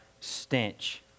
stench